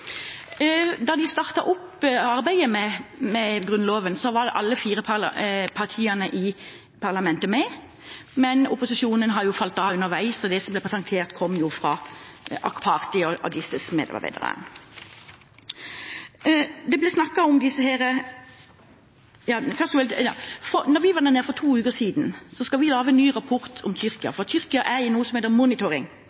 Da de startet opp arbeidet med grunnloven, var alle fire partiene i parlamentet med. Men opposisjonen har falt av underveis. Det som ble presentert, kom nå fra noen av deres medarbeidere. Vi var der nede for to uker siden, og vi skal lage en ny rapport om Tyrkia. Tyrkia er i noe som heter postmonitoring, det vil si at de er under en svak form for